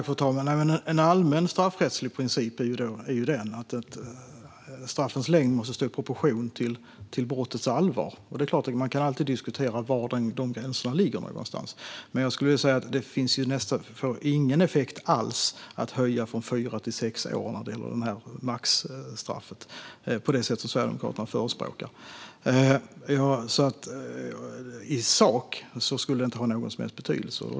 Fru talman! En allmän straffrättslig princip är att straffens längd måste stå i proportion till brottets allvar. Man kan alltid diskutera var de gränserna ligger någonstans. Men det ger ingen effekt alls att höja från fyra till sex år när det gäller maxstraffet på det sätt Sverigedemokraterna förespråkar. I sak skulle det inte ha någon som helst betydelse.